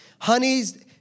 Honey's